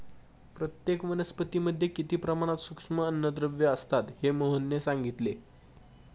प्रत्येक वनस्पतीमध्ये किती प्रमाणात सूक्ष्म अन्नद्रव्ये असतात हे मोहनने सांगितले